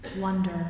wonder